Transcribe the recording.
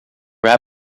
rap